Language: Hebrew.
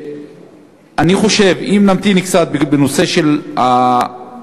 אני חושב שאם נמתין קצת בנושא של הורדת